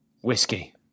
Whiskey